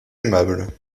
aimable